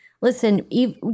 listen